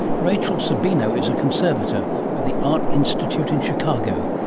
rachel sabino is a conservator of the art institute in chicago,